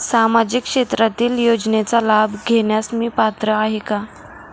सामाजिक क्षेत्रातील योजनांचा लाभ घेण्यास मी पात्र आहे का?